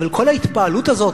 אבל כל ההתפעלות הזו,